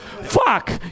Fuck